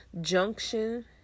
junction